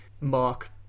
Mark